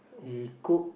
we cook